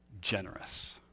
generous